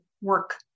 work